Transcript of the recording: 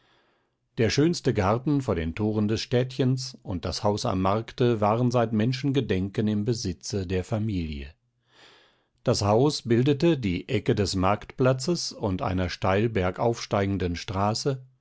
der schönste garten vor den thoren des städtchens und das haus am markte waren seit menschengedenken im besitze der familie das haus bildete die ecke des marktplatzes und einer steil bergaufsteigenden straße